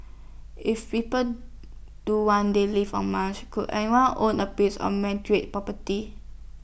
if people do one day live on Mars could anyone own A piece of man tree property